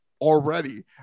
already